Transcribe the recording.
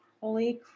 Holy